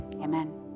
Amen